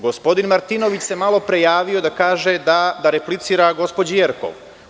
Gospodin Martinović se malopre javio da replicira gospođi Jerkov.